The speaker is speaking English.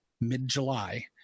mid-July